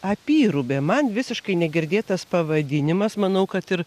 apyrubė man visiškai negirdėtas pavadinimas manau kad ir